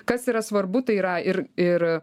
kas yra svarbu tai yra ir ir